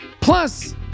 plus